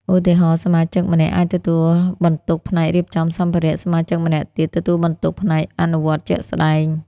ឧទាហរណ៍ សមាជិកម្នាក់អាចទទួលបន្ទុកផ្នែករៀបចំសម្ភារៈ សមាជិកម្នាក់ទៀតទទួលបន្ទុកផ្នែកអនុវត្តជាក់ស្ដែង។